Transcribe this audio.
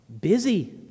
busy